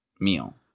meal